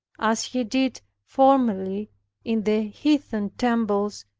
as he did formerly in the heathen temples,